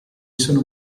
sono